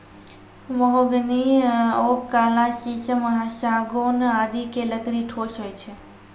mahogany, oak, काला शीशम, सागौन आदि के लकड़ी ठोस होय छै